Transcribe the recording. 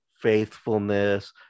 faithfulness